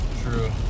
True